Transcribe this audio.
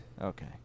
Okay